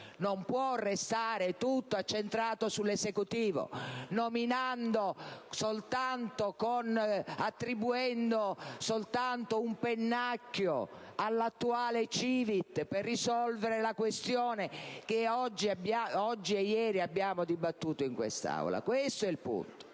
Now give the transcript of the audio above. Non può restare tutto accentrato sull'Esecutivo, attribuendo soltanto un pennacchio all'attuale CiVIT per risolvere la questione che oggi, e ieri, abbiamo dibattuto in quest'Aula. Ha ancora